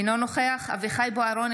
אינו נוכח אביחי אברהם בוארון,